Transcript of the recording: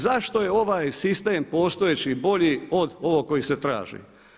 Zašto je ovaj sistem postojeći bolji od ovog koji se traži?